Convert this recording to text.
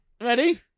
Ready